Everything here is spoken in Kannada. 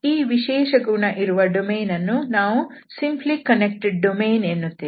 ಈ ವಿಶೇಷ ಗುಣ ಇರುವ ಡೊಮೇನ್ ಅನ್ನು ನಾವು ಸಿಂಪ್ಲಿ ಕನ್ನೆಕ್ಟೆಡ್ ಡೊಮೇನ್ ಎನ್ನುತ್ತೇವೆ